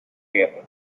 guerra